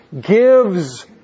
gives